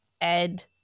ed